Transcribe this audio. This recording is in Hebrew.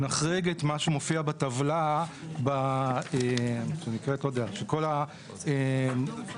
נחריג את מה שמופיע בטבלה של כל הפירוט